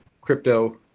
crypto